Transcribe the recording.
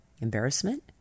embarrassment